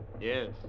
Yes